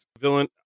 villain